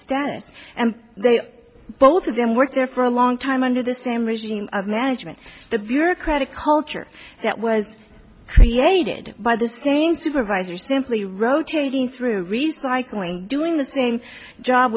status and they are both of them worked there for a long time under the same regime of management the bureaucratic culture that was created by the same supervisor simply rotating through recycling doing the same job